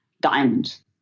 diamond